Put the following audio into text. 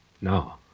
No